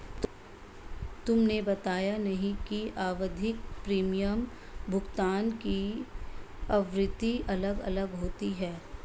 तुमने बताया नहीं कि आवधिक प्रीमियम भुगतान की आवृत्ति अलग अलग होती है